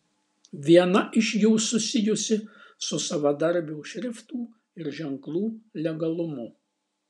viena iš jų susijusi su savadarbių šriftų ir ženklų legalumu